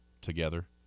together